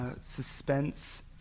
suspense